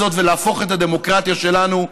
הזאת ולהפוך את הדמוקרטיה שלנו,